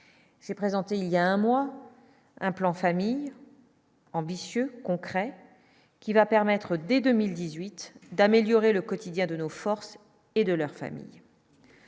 s'est présenté il y a un mois un plan famille ambitieux concret qui va permettre, dès 2018, d'améliorer le quotidien de nos forces et de leur famille.